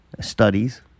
studies